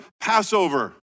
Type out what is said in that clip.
Passover